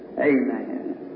Amen